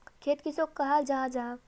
खेत किसोक कहाल जाहा जाहा?